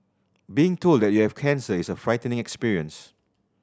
being told that you have cancer is a frightening experience